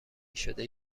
شده